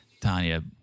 Tanya